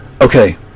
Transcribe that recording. okay